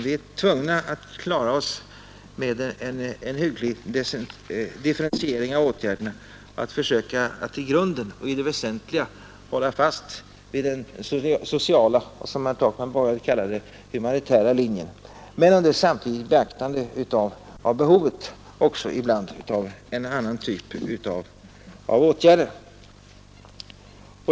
Vi är tvungna att klara oss med en hygglig differentiering av åtgärderna och försöka att i grunden och i det väsentliga hålla fast vid den sociala eller, som herr Takman ville kalla det, den humanitära linjen, under samtidigt beaktande av behovet av en annan typ av åtgärder för ett fåtal verkligt samhällsfarliga förbrytare.